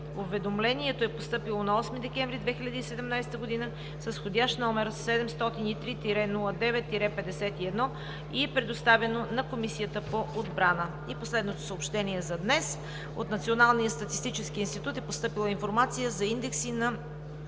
Уведомлението е постъпило на 8 декември 2017 г. с вх. № 703-09-51 и е предоставено на Комисията по отбрана. И последното съобщение за днес: от Националния статистически институт е постъпила информация за индекси на